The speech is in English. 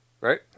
Right